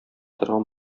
торган